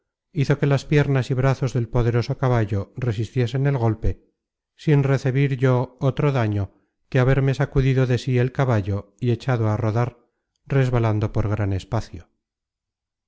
hizo que las piernas y brazos del poderoso caballo resistiesen el golpe sin recebir yo otro daño que haberme sacudido de sí el caballo y echado á rodar resbalando por gran espacio